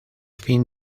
fin